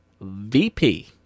VP